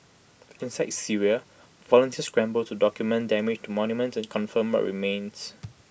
inside Syria volunteers scramble to document damage to monuments and confirm what remains